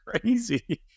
crazy